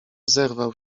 zerwał